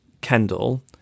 Kendall